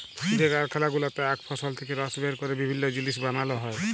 যে কারখালা গুলাতে আখ ফসল থেক্যে রস বের ক্যরে বিভিল্য জিলিস বানাল হ্যয়ে